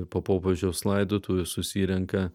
po popiežiaus laidotuvių susirenka